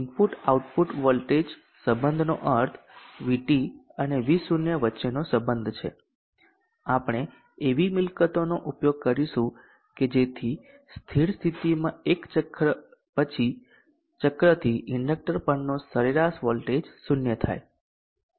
input output voltage સબંધનો અર્થ VT અને V0 વચ્ચેનો સંબધ છે આપણે એવી મિલકતોનો ઉપયોગ કરીશું કે જેથી સ્થિર સ્થિતિમાં એક ચક્ર પછી ચક્રથી ઇન્ડક્ટર પરનો સરેરાશ વોલ્ટેજ શૂન્ય થાય